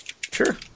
Sure